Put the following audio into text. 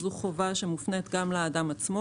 שזו חובה שמופנית גם לאדם עצמו